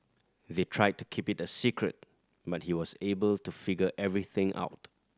they tried to keep it a secret but he was able to figure everything out